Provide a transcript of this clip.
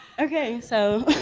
okay, so